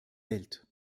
welt